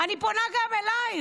אני פונה גם אליך.